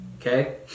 okay